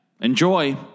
Enjoy